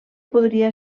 podria